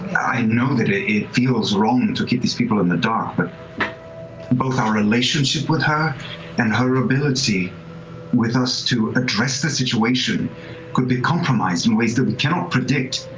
i know that it feels wrong to keep these people in the dark, but both our relationship with her and her ability with us to address situation could be compromised in ways that we cannot predict,